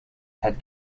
had